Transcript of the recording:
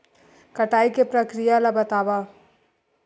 कटाई के प्रक्रिया ला बतावव?